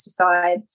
pesticides